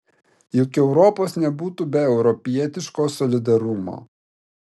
juk europos nebūtų be europietiško solidarumo